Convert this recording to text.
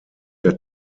der